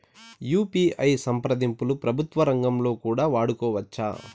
UPI సంప్రదింపులు ప్రభుత్వ రంగంలో కూడా వాడుకోవచ్చా?